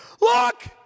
Look